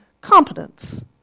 competence